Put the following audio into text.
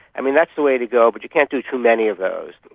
i mean, that's the way to go, but you can't do too many of those.